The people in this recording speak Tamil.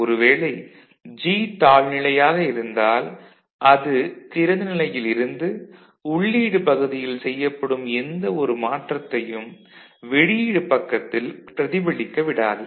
ஒரு வேளை G தாழ்நிலையாக இருந்தால் அது திறந்த நிலையில் இருந்து உள்ளீடு பகுதியில் செய்யப்படும் எந்த ஒரு மாற்றத்தையும் வெளியீடு பக்கத்தில் பிரதிபலிக்க விடாது